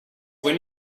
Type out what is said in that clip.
when